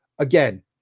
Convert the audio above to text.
Again